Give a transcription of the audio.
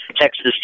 Texas